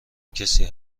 کسی